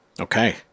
Okay